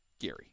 Gary